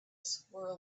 squirrel